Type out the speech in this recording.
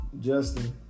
Justin